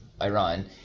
Iran